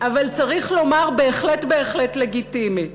אבל צריך לומר: בהחלט בהחלט לגיטימי.